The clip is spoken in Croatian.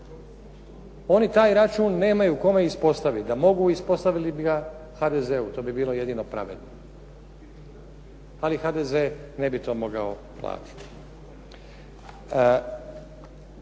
Oni taj račun nemaju kome ispostaviti. Da mogu, ispostavili bi ga HDZ-u. To bi bilo jedino pravedno. Ali HDZ ne bi to mogao platiti.